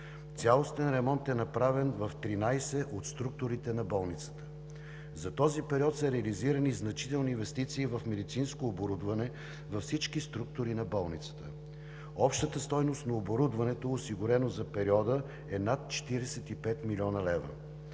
Цялостен ремонт е направен в 13 от структурите на болницата. За този период са реализирани значителни инвестиции в медицинско оборудване във всички структури на болницата. Общата стойност на оборудването, осигурено за периода, е над 45 млн. лв.,